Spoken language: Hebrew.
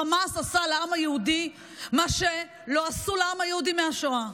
חמאס עשה לעם היהודי מה שלא עשו לעם היהודי מהשואה.